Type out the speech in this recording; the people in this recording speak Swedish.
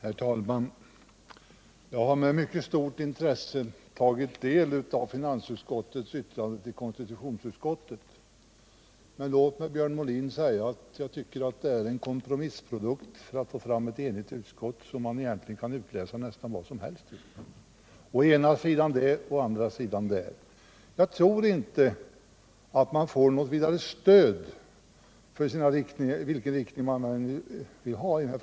Herr talman! Jag har med mycket stort intresse tagit del av finansutskottets yttrande till konstitutionsutskottet. Men låt mig, Björn Molin, säga att jag tycker att det är en kompromissprodukt för att få fram ett enhälligt utskottsbetänkande, som man egentligen kan utläsa nästan vad som helst ur —-å ena sidan det och å andra sidan det. Jag tror inte att man i det aktstycket kan få något vidare stöd, vilken riktning man än vill följa.